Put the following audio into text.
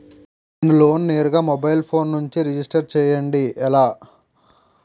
నేను లోన్ నేరుగా mobile phone నుంచి రిజిస్టర్ చేయండి ఎలా?